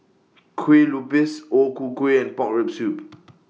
Kue Lupis O Ku Kueh and Pork Rib Soup